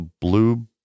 blue